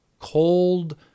cold